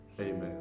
amen